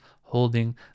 holding